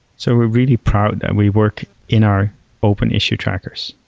so we're really proud that we work in our open issue trackers.